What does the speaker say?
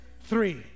Three